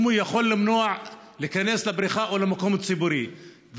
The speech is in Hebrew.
יכול למנוע מלהיכנס לבריכה או למקום ציבורי.